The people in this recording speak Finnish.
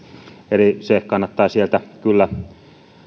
eli tämä tieto kannattaa sieltä kyllä